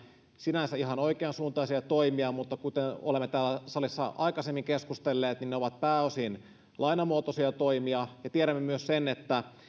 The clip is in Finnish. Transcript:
sinänsä ihan oikeansuuntaisia toimia mutta kuten olemme täällä salissa aikaisemmin keskustelleet ne ovat pääosin lainamuotoisia toimia tiedämme myös sen että